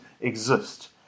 exist